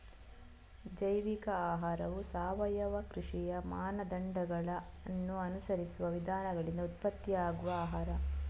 ಜೈವಿಕ ಆಹಾರವು ಸಾವಯವ ಕೃಷಿಯ ಮಾನದಂಡಗಳನ್ನ ಅನುಸರಿಸುವ ವಿಧಾನಗಳಿಂದ ಉತ್ಪತ್ತಿಯಾಗುವ ಆಹಾರ